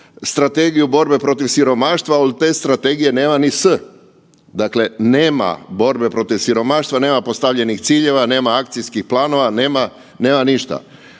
strategiju borbe protiv siromaštva, ali od te strategije nema niti „s“, dakle nema borbe protiv siromaštva, nema postavljenih ciljeva, nema akcijskih planova, nema ništa.